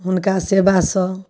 हुनका सेबासँ